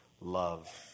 love